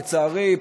לצערי,